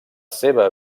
seva